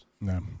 No